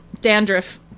dandruff